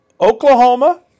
Oklahoma